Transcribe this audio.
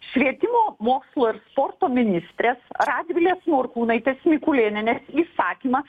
švietimo mokslo ir sporto ministrės radvilė morkūnaitė mikulėnienė įsakymą